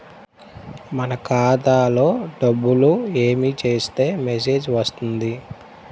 మన ఖాతాలో డబ్బులు ఏమి చేస్తే మెసేజ్ వస్తుంది?